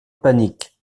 panic